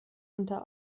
unter